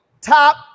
top